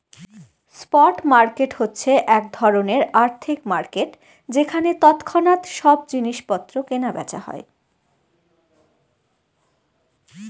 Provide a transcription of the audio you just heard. spot market হচ্ছে এক ধরনের আর্থিক মার্কেট যেখানে তৎক্ষণাৎ সব জিনিস পত্র কেনা বেচা হয়